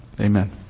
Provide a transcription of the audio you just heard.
Amen